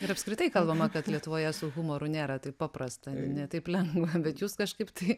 ir apskritai kalbama kad lietuvoje su humoru nėra taip paprasta ne taip lengva bet jūs kažkaip tai